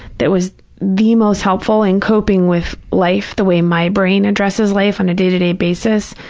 that was the most helpful in coping with life the way my brain addresses life on a day-to-day basis,